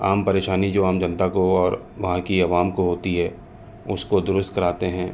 عام پریشانی جو عام جنتا کو اور وہاں کی عوام کو ہوتی ہے اس کو درست کراتے ہیں